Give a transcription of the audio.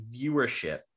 viewership